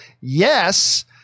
yes